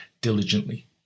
diligently